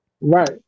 Right